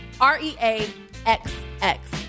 r-e-a-x-x